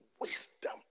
wisdom